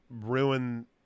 ruin